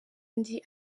ndi